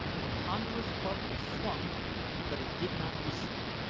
the ponderous club was swung but it did not descend,